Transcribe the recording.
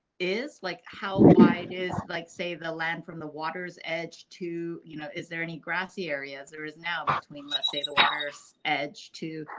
is like how wide is, like, save the land from the water's edge to you know is there any grassy areas there is now between let's say the edge to.